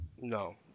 No